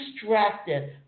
distracted